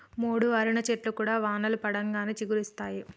మోడువారిన చెట్లు కూడా వానలు పడంగానే చిగురిస్తయి